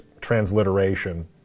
transliteration